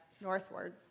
northward